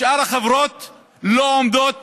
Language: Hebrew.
שאר החברות לא עומדות